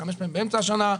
וחמש פעמים באמצע השנה,